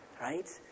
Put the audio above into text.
right